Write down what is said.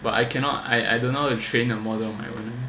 but I cannot I I don't know if train a model of my own